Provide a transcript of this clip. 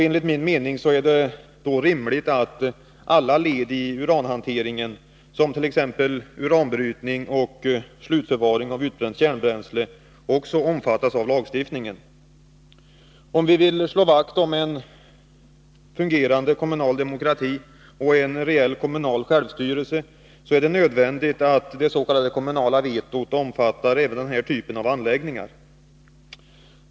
Enligt min mening är det rimligt att alla led i uranhanteringen, som t.ex. uranbrytning och slutförvaring av utbränt kärnbränsle, också omfattas av lagstiftningen. Om vi vill slå vakt om en fungerande kommunal demokrati och en reell kommunal självstyrelse är det nödvändigt att det s.k. kommunala vetot omfattar även denna typ av anläggningar.